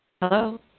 Hello